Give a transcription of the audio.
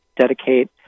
dedicate